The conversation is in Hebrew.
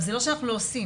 זה לא שאנחנו לא עושים,